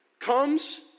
comes